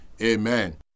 Amen